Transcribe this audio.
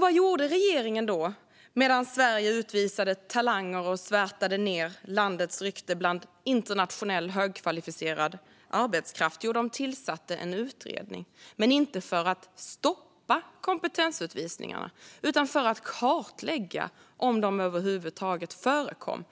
Vad gjorde då regeringen medan Sverige utvisade talanger och svärtade ned landets rykte inom internationell högkvalificerad arbetskraft? Jo, den tillsatte en utredning - men inte för att stoppa kompetensutvisningarna utan för att kartlägga om de över huvud taget förekom.